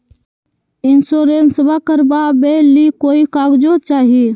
इंसोरेंसबा करबा बे ली कोई कागजों चाही?